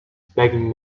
begging